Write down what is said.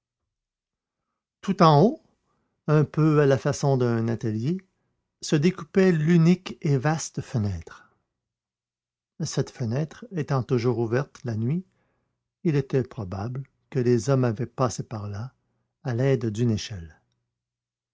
tout en haut un peu à la façon d'un atelier se découpait l'unique et vaste fenêtre cette fenêtre étant toujours ouverte la nuit il était probable que les hommes avaient passé par là à l'aide d'une échelle